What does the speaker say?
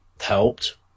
helped